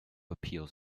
appeals